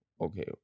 okay